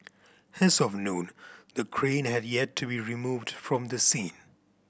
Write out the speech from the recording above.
as of noon the crane had yet to be removed from the scene